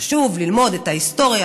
חשוב ללמוד את ההיסטוריה,